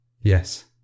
Yes